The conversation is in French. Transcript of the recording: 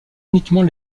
uniquement